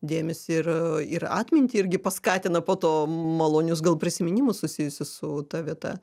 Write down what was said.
dėmesį ir ir atmintį irgi paskatina po to malonius gal prisiminimus susijusius su ta vieta